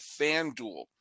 FanDuel